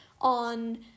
on